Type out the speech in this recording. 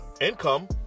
income